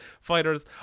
fighters